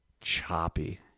choppy